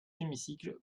hémicycle